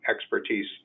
expertise